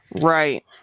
Right